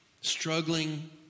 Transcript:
struggling